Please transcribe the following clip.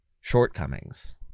shortcomings